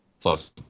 plus